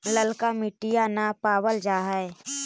ललका मिटीया न पाबल जा है?